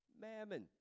mammon